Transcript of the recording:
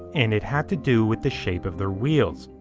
and it had to do with the shape of their wheels.